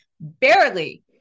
barely